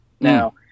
Now